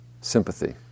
sympathy